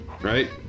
right